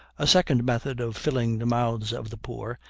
a second method of filling the mouths of the poor,